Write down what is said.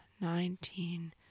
nineteen